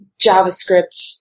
JavaScript